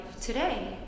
Today